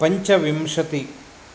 पञ्चविंशतिः